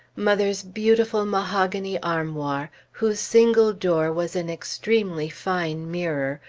mother's beautiful mahogany armoir, whose single door was an extremely fine mirror,